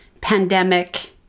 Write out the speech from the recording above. pandemic